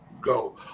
go